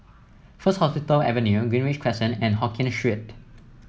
First Hospital Avenue Greenridge Crescent and Hokkien Street